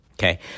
Okay